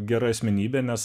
gera asmenybė nes